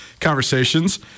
conversations